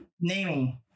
Naming